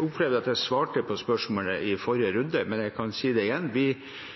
opplever at jeg svarte på spørsmålet i forrige runde, men jeg kan si det igjen: